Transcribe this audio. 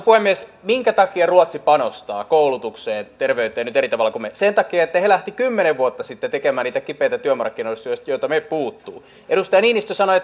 puhemies minkä takia ruotsi panostaa koulutukseen ja terveyteen nyt eri tavalla kuin me sen takia että he lähtivät kymmenen vuotta sitten tekemään niitä kipeitä työmarkkinauudistuksia joita meiltä puuttuu edustaja niinistö sanoi